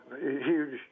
huge